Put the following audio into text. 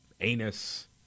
anus